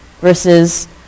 versus